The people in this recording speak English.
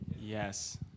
yes